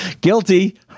Guilty